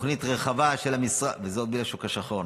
רחבה של המשרד --- וזה בלי השוק השחור.